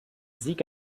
sieg